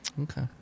Okay